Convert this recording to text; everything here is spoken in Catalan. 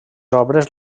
obres